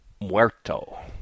Muerto